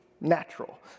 natural